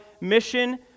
mission